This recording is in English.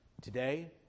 Today